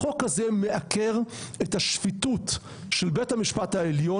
החוק הזה מעקר את השחיתות של בית המשפט העליון.